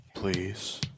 Please